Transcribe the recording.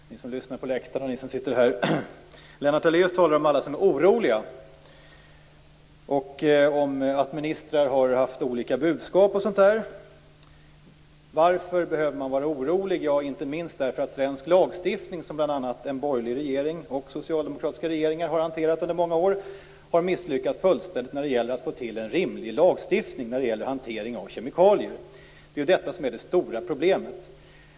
Fru talman! Ni som lyssnar på läktaren och ni som sitter här! Lennart Daléus talar om alla som är oroliga och om att ministrar har haft olika budskap och sådant. Varför behöver man vara orolig? Jo, inte minst för att svensk lagstiftning, som såväl en borgerlig regering som socialdemokratiska regeringar har hanterat under många år, har misslyckats fullständigt när det gäller att få till en rimlig lagstiftning i fråga om hantering av kemikalier. Det är det som är det stora problemet.